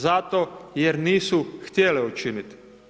Zato jer nisu htjele učiniti.